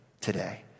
today